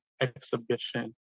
exhibition